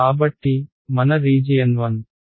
కాబట్టి మన రీజియన్ 1